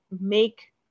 make